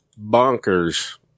bonkers